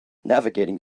navigating